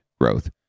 growth